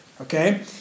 okay